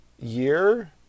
year